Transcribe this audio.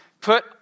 put